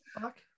fuck